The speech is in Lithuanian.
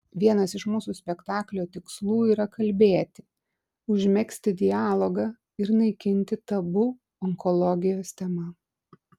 vienas iš mūsų spektaklio tikslų yra kalbėti užmegzti dialogą ir naikinti tabu onkologijos tema